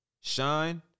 Shine